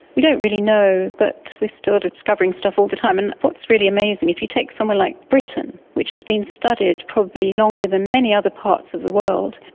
we don't really know, but we are still discovering stuff all the time. and what's really amazing, if you take somewhere like britain, which has been studied probably longer than many other parts of the world,